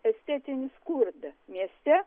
estetinį skurdą mieste